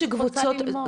זאת שאלה